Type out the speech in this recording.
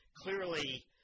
clearly